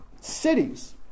Cities